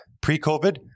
Pre-COVID